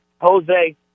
Jose